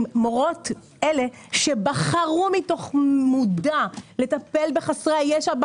מורות אלה שבחרו במודע לטפל בחסרי הישע,